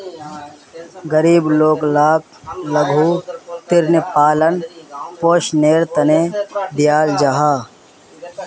गरीब लोग लाक लघु ऋण पालन पोषनेर तने दियाल जाहा